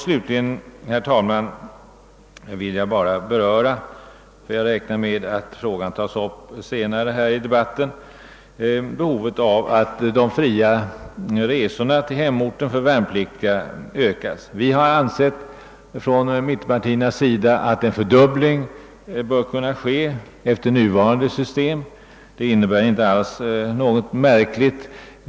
Slutligen, herr talman, vill jag bara beröra — jag räknar med att frågan mera utförligt tas upp här senare i debatten — behovet av att öka antalet fria resor till hemorten för värnpliktiga. Vi har från mittenpartiernas sida ansett att en fördubbling bör kunna ske inom nuvarande system. Detta innebär inte alls något märkligt.